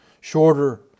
shorter